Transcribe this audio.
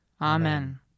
Amen